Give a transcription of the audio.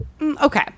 Okay